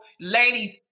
ladies